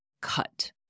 cut